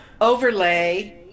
overlay